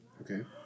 Okay